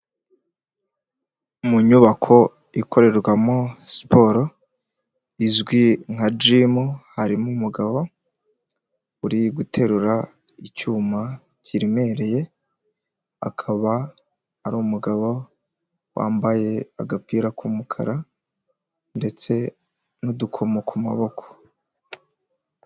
Mu nyubako ikorerwamo siporo izwi nka jimu, harimo umugabo uri guterura icyuma kiremereye, akaba ari umugabo wambaye agapira k'umukara ndetse n'udukomo ku maboko.